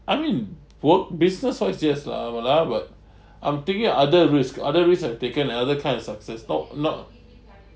I mean work business quite serious lah !walao! [what] I'm thinking other risk other risk I've taken and other kinds of success nope not